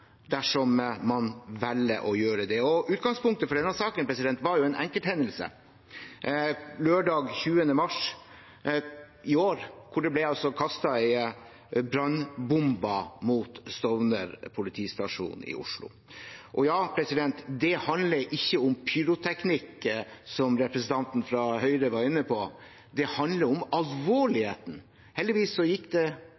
dersom man velger å gjøre det. Utgangspunktet for denne saken var jo en enkelthendelse. Lørdag 20. mars i år ble det kastet en brannbombe mot Stovner politistasjon i Oslo. Og ja, det handler ikke om pyroteknikk, som representanten fra Høyre var inne på. Det handler om